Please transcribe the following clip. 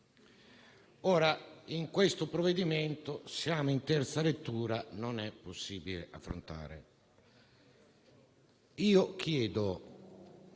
Ora, in questo provvedimento siamo in terza lettura e non è possibile affrontare